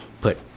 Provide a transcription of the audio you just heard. put